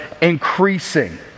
increasing